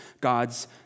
God's